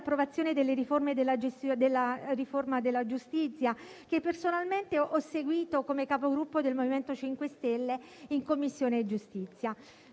arrivare all'approvazione della riforma della giustizia, che personalmente ho seguito come Capogruppo del MoVimento 5 Stelle in Commissione giustizia.